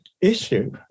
issue